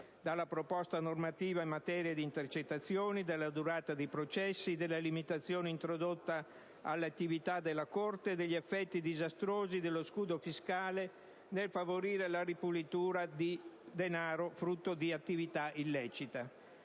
dalla proposta normativa in materia di intercettazioni e durata dei processi, dalla limitazione introdotta all'attività della Corte stessa, dagli effetti disastrosi dello scudo fiscale nel favorire la ripulitura di denaro frutto di attività illecite.